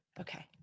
okay